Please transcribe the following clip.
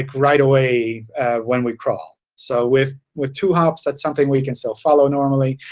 like right away when we crawl. so with with two hops, that's something we can still follow normally.